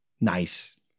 Nice